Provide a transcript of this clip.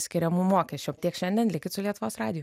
skiriamų mokesčių tiek šiandien likit su lietuvos radiju